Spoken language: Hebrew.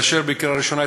לקריאה ראשונה,